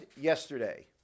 yesterday